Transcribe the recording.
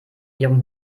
ihrem